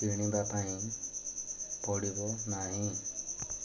କିଣିବା ପାଇଁ ପଡ଼ିବ ନାହିଁ